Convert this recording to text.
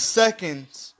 seconds